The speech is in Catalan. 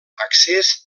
accés